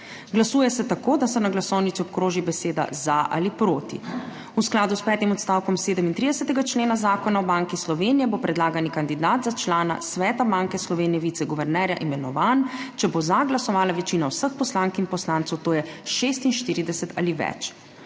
Glasuje se tako, da se na glasovnici obkroži beseda za ali proti. V skladu s petim odstavkom 37. člena Zakona o Banki Slovenije bo predlagani kandidat za člana Sveta Banke Slovenije - viceguvernerja imenovan, če bo za glasovala večina vseh poslank in poslancev, to je 46 ali več.